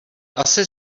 asi